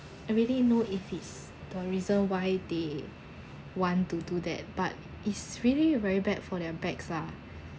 really know if it's the reason why they want to do that but it's really very bad for their backs lah